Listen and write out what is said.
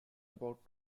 about